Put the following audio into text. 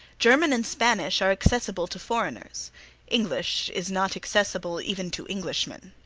german and spanish are accessible to foreigners english is not accessible even to englishmen.